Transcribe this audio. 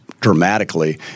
Dramatically